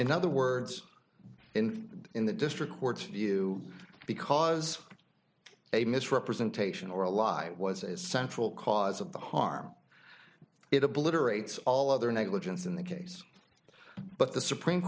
in other words in in the district court's view because a misrepresentation or a lie was as central cause of the harm it obliterates all other negligence in the case but the supreme